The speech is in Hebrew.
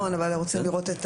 נכון, אבל הוא רוצה לראות את